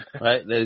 Right